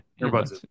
Earbuds